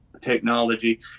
technology